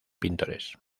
pintores